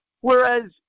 Whereas